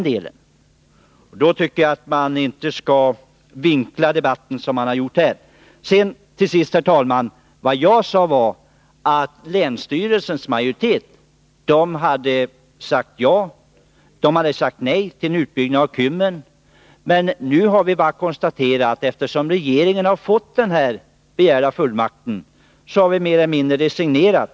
Då tycker jag inte att han skall vinkla debatten så som han gjorde här. Vad jag sade var att länsstyrelsens majoritet hade sagt nej till en utbyggnad av Kymmens kraftverk. Eftersom regeringen har fått den begärda fullmakten har vi nu mer eller mindre resignerat.